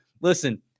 listen